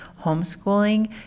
homeschooling